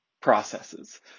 processes